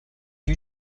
you